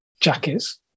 jackets